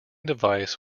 device